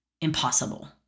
impossible